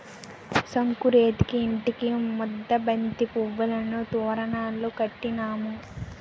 సంకురేతిరికి ఇంటికి ముద్దబంతి పువ్వులను తోరణాలు కట్టినాము